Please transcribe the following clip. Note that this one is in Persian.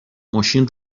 ماشین